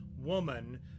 woman